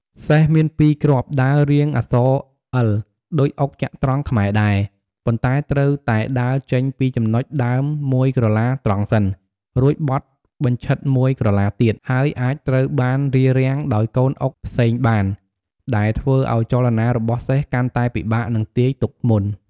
សេះ មានពីរគ្រាប់ ដើររាងអក្សរអិល ដូចអុកចត្រង្គខ្មែរដែរ ប៉ុន្តែត្រូវតែដើរចេញពីចំណុចដើមមួយក្រឡាត្រង់សិន រួចបត់បញ្ឆិតមួយក្រឡាទៀត ហើយអាចត្រូវបានរារាំងដោយកូនអុកផ្សេងបាន ដែលធ្វើឱ្យចលនារបស់សេះកាន់តែពិបាកនឹងទាយទុកមុន។